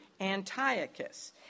Antiochus